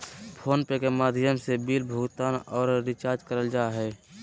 phone पे के माध्यम से बिल भुगतान आर रिचार्ज करल जा हय